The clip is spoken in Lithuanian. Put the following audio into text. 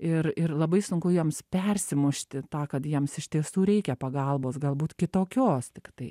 ir ir labai sunku joms persimušti tą kad jiems iš tiesų reikia pagalbos galbūt kitokios tai